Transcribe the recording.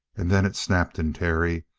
and then it snapped in terry,